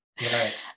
right